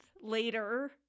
later